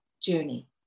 journey